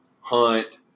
Hunt